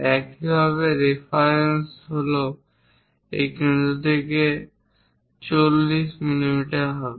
একইভাবে রেফারেন্স হল এই কেন্দ্র থেকে 80 মিমি হবে